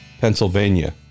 Pennsylvania